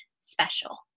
special